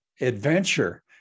adventure